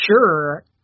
sure